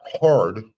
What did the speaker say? hard